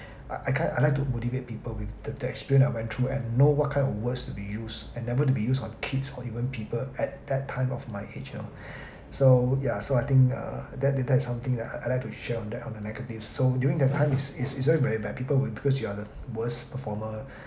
I I kind I like to motivate people with the the experience I went through and know what kind of words to be used and never to be used on kids or even people at that time of my age you know so ya so I think uh that that is something that I I like to share on that on the negative so during that time is is really very bad people who because you are the worst performer